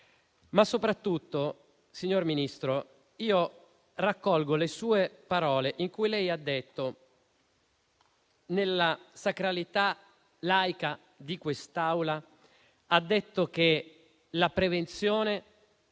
Soprattutto, signor Ministro, raccolgo le sue parole, quando ha detto, nella sacralità laica di quest'Aula, che la prevenzione